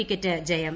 wicket ജയം